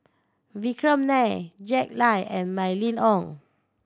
Vikram Nair Jack Lai and Mylene Ong